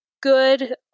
good